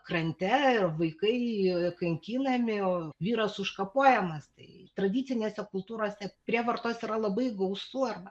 krante ir vaikai kankinami o vyras užkapojamas tai tradicinėse kultūrose prievartos yra labai gausu arba